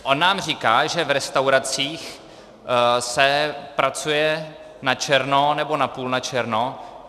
On nám říká, že v restauracích se pracuje načerno, nebo napůl načerno.